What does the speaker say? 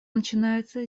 начинается